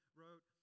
wrote